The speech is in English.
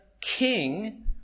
king